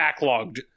backlogged